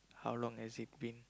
how long has it been